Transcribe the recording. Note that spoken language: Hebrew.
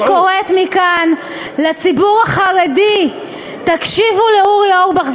אני קוראת מכאן לציבור החרדי: תקשיבו לאורי אורבך,